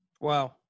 Wow